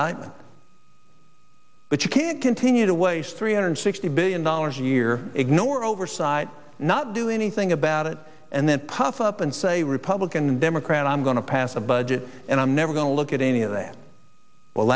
indictment but you can't continue to waste three hundred sixty billion dollars a year ignore oversight not do anything about it and then puff up and say republican democrat i'm going to pass a budget and i'm never going to look at any of that well